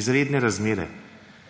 izredne razmere.